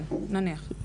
כן, נניח.